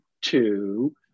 two